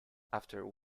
after